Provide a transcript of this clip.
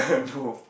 no